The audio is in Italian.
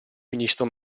ministro